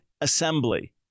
assembly